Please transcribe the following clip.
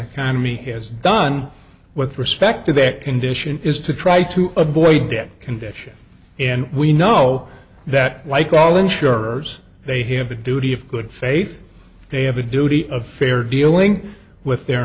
economy has done with respect to their condition is to try to avoid that condition and we know that like all insurers they have a duty of good faith they have a duty of fair dealing with their